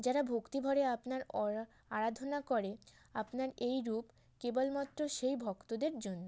যারা ভক্তিভরে আপনার আরাধনা করে আপনার এই রূপ কেবলমাত্র সেই ভক্তদের জন্য